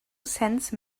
sense